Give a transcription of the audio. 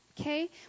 okay